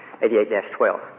88-12